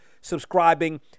subscribing